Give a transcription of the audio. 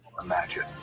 Imagine